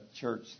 church